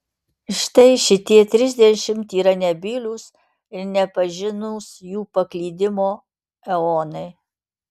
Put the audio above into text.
štai šitie trisdešimt yra nebylūs ir nepažinūs jų paklydimo eonai